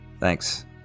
Thanks